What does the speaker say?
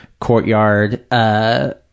courtyard